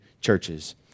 churches